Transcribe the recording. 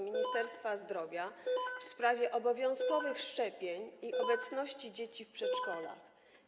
Ministerstwa Zdrowia w sprawie obowiązkowych szczepień i obecności dzieci w przedszkolach.